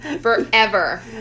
Forever